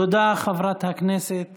תודה, חברת הכנסת